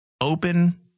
open